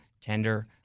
tender